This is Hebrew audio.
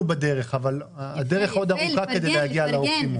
בדרך אבל הדרך עוד ארוכה כדי להגיע לאופטימום.